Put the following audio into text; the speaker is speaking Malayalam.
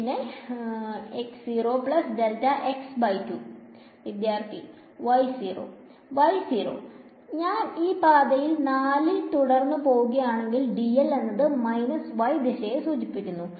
പിന്നെ ഇനി ഞൻ ഈ പാത 4 യിൽ തുടർന്ന് പോവുകയാണെങ്കിൽ dl എന്നത് ദിശയെ സൂചിപ്പിക്കുന്നു